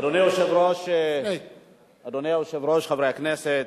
אדוני היושב-ראש, חברי הכנסת,